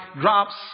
drops